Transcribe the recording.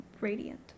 radiant